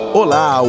Olá